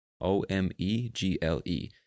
O-M-E-G-L-E